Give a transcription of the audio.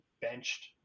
benched